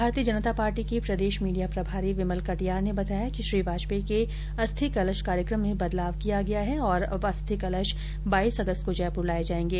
भारतीय जनता पार्टी के प्रदेश मीडिया प्रभारी विमल कटियार ने बताया कि श्री वाजपेयी के अस्थि कलश कार्यक्रम में बदलाव किया गया हैं और अब अस्थि कलश बाईस अगस्त को जयपुर लाये जायेंगे